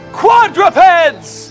quadrupeds